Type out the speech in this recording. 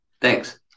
Thanks